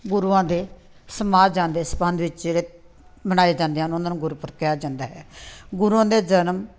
ਗੁਰੂਆਂ ਦੇ ਸਮਾ ਜਾਣ ਦੇ ਸੰਬੰਧ ਵਿੱਚ ਇਹ ਮਨਾਏ ਜਾਂਦੇ ਹਨ ਉਹਨਾਂ ਨੂੰ ਗੁਰਪੁਰਬ ਕਿਹਾ ਜਾਂਦਾ ਹੈ ਗੁਰੂਆਂ ਦੇ ਜਨਮ